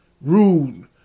rude